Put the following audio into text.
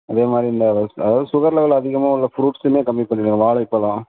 அதே மாதிரி இந்த ஒரு சில அதாவது சுகர் லெவல் அதிகமாக உள்ள ஃப்ரூட்ஸுமே கம்மி பண்ணிவிடுங்க வாழைப்பழம்